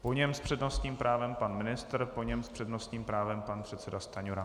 Po něm s přednostním právem pan ministr, po něm s přednostním právem pan předseda Stanjura.